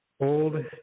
Old